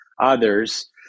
others